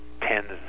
tens